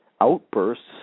outbursts